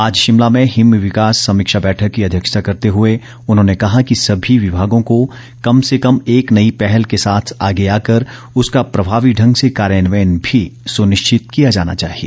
आज शिमला में हिम विकास समीक्षा बैठक की अध्यक्षता करते हुए उन्होंने कहा कि समी विभागों को कम से कम एक नई पहल के साथ आगे आकर उसका प्रभावी ढंग से कार्यान्वयन भी सुनिश्चित किया जाना चाहिए